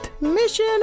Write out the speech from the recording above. Mission